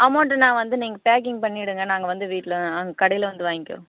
amount நான் வந்து நீங்கள் பேக்கிங் பண்ணிடுங்க நாங்கள் வந்து வீட்டில நாங்கள் கடையில் வந்து வாங்கிக்கிறோம்